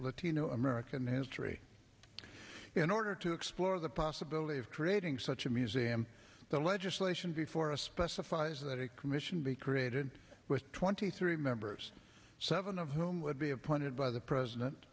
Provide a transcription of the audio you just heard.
latino american history in order to explore the possibility of creating such a museum the legislation before us specifies that a commission be created with twenty three members seven of whom would be appointed by the president